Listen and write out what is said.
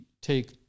take